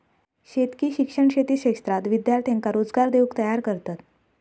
शेतकी शिक्षण शेती क्षेत्रात विद्यार्थ्यांका रोजगार देऊक तयार करतत